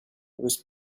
was